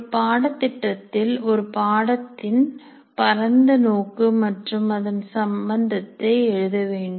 ஒரு பாடத்திட்டத்தில் ஒரு பாடத்தின் பரந்த நோக்கு மற்றும் அதன் சம்பந்தத்தை எழுதவேண்டும்